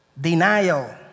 denial